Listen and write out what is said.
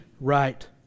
right